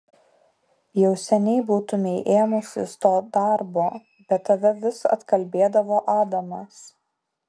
jau seniai būtumei ėmusis to darbo bet tave vis atkalbėdavo adamas